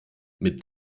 mit